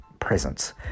Presence